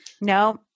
no